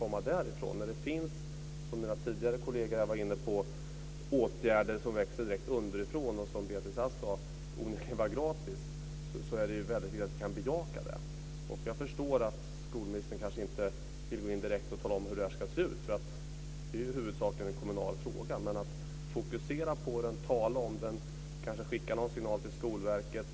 Mina kolleger var tidigare inne på att det finns åtgärder som växer direkt underifrån och, som Beatrice Ask sade, som onekligen är gratis. Det är lätt att bejaka dem. Jag förstår att skolministern inte direkt vill tala om hur detta ska se ut. Detta är huvudsakligen en kommunal fråga, men skolministern kan fokusera frågan och tala om den och på så sätt skicka en signal till Skolverket.